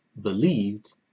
believed